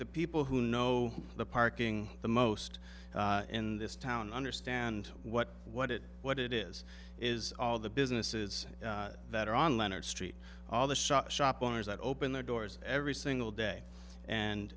the people who know the parking the most in this town understand what what it what it is is all the businesses that are on leonard street all the shops shop owners that open their doors every single day